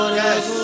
yes